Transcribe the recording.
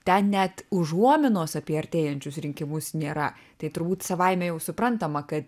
ten net užuominos apie artėjančius rinkimus nėra tai turbūt savaime jau suprantama kad